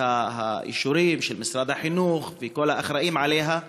האישורים של משרד החינוך וכל האחראים לה,